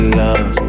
love